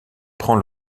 prend